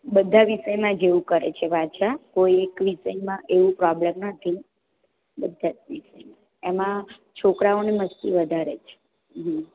બધાં વિષયમાં જ એવું કરે છે પાછા કોઈ એક વિષયમાં એવું પ્રોબ્લેમ નથી બધાં જ એમાં છોકરાઓની મસ્તી વધારે છે હં